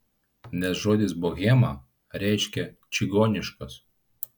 nes žodis bohema reiškia čigoniškas